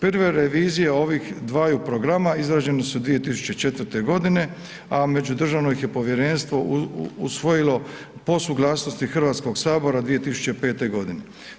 Prve revizije ovih dvaju programa izrađeni su 2004. g. a međudržavno ih je povjerenstvo usvojilo po suglasnosti Hrvatskog sabora 2005. godine.